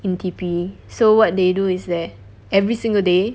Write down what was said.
in T_P so what they do is that every single day